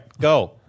Go